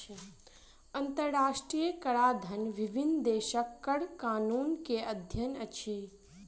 अंतरराष्ट्रीय कराधन विभिन्न देशक कर कानून के अध्ययन अछि